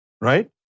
Right